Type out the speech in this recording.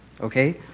okay